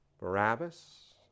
Barabbas